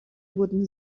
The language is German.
wurden